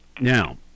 Now